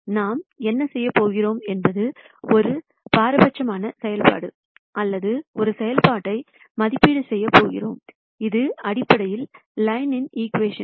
நாம் என்ன செய்யப் போகிறோம் என்பது ஒரு பாரபட்சமான செயல்பாடு அல்லது ஒரு செயல்பாட்டை மதிப்பீடு செய்யப் போகிறோம் இது அடிப்படையில் லைன்யின் ஈகிவேஷன்கள்